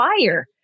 fire